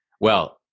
Well-